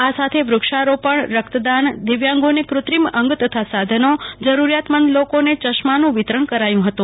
આ સાથે વુક્ષારોપણરક્તદાનદિવ્યાંગોને કુત્રિમ અંગ તથા સાધનો જરૂરિયાતમંદ લોકોને ચશ્માંનું વિતરણ કરાયું હતું